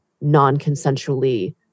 non-consensually